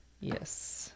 Yes